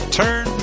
turn